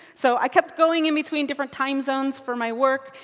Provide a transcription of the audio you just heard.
so i kept going in between different time zones for my work.